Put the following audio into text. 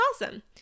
awesome